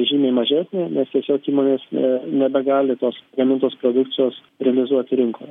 žymiai mažesnė nes tiesiog įmonės nebegali tos gamintos produkcijos realizuoti rinkoje